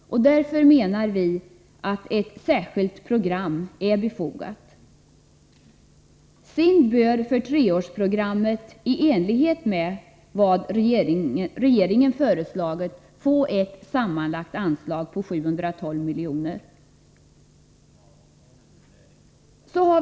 Därför menar vi att ett särskilt program är befogat. SIND bör för treårsprogrammet i enlighet med vad regeringen föreslagit få ett anslag på sammanlagt 712 milj.kr.